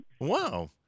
Wow